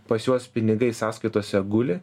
pas juos pinigai sąskaitose guli